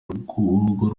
rugo